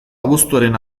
abuztuaren